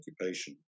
occupation